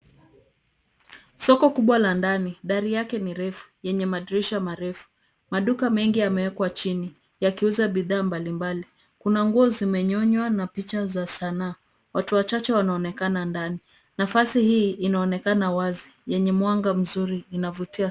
Soko kubwa la ndani. Dari yake ni refu yenye madirisha marefu. Maduka mengi yamewekwa chini yakiuza bidhaa mbalimbali. Kuna nguo zimenyonywa na picha za sanaa. Watu wachache wanaonekana ndani. Nafasi hii inaonekana wazi, yenye mwanga mzuri. Inavutia sana.